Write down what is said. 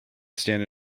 stand